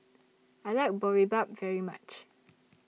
I like Boribap very much